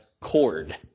cord